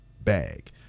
bag